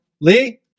Lee